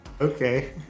Okay